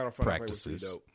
practices